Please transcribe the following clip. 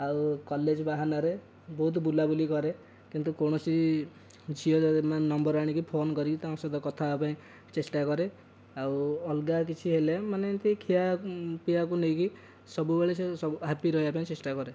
ଆଉ କଲେଜ୍ ବାହାନାରେ ବହୁତ ବୁଲାବୁଲି କରେ କିନ୍ତୁ କୌଣସି ଝିଅ ମାନେ ନମ୍ବର୍ ଆଣିକି ଫୋନ୍ କରିକି ତାଙ୍କ ସହ କଥା ହେବା ପାଇଁ ଚେଷ୍ଟା କରେ ଆଉ ଅଲଗା କିଛି ହେଲେ ମାନେ ଏମତି ଖିଆ ପିଆକୁ ନେଇକି ସବୁବେଳେ ସେ ହାପି ରହିବା ପାଇଁ ଚେଷ୍ଟା କରେ